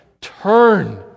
Turn